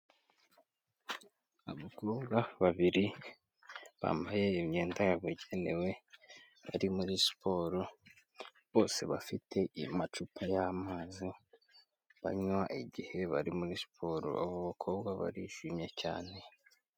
Abakobwa babiri bambaye imyenda yabugenewe bari muri siporo, bose bafite amacupa y'amazi banywa igihe bari muri siporo, abo bakobwa barishimye cyane.